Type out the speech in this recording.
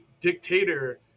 dictator